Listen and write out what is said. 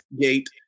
gate